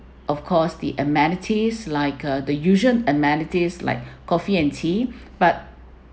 of course the amenities like uh the usual amenities like coffee and tea but